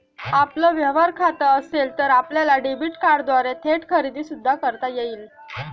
आपलं व्यवहार खातं असेल तर आपल्याला डेबिट कार्डद्वारे थेट खरेदी सुद्धा करता येईल